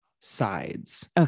sides